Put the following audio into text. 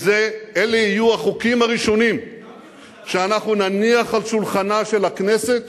אלה יהיו החוקים הראשונים שאנחנו נניח על שולחנה של הכנסת